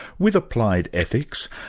with applied ethics,